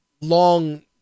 long